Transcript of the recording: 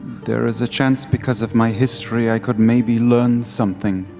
there is a chance because of my history i could maybe learn something